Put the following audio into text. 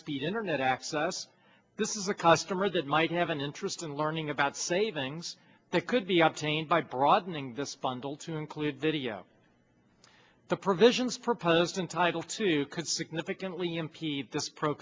speed internet access this is a customer that might have an interest in learning about savings that could be obtained by broadening this bundle to include video the provisions proposed in title two